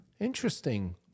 Interesting